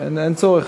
אין צורך.